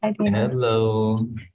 Hello